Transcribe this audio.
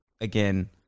again